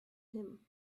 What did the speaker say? him